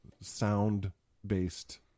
sound-based